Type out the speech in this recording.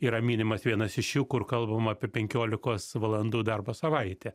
yra minimas vienas iš jų kur kalbama apie penkiolikos valandų darbo savaitę